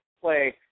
play